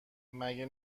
مگه